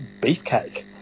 beefcake